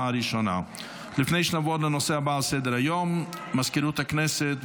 31 בעד, אין מתנגדים.